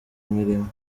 imirimo